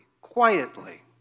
quietly